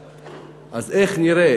אז איך נראה?